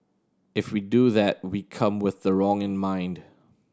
if we do that we come with the wrong in mind